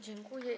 Dziękuję.